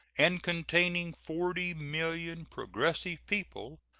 and containing forty million progressive people,